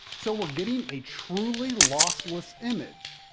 so we're getting a truly lossless image.